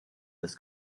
this